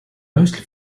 mostly